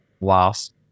last